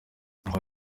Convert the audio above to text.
aho